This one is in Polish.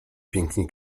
pięknie